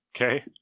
Okay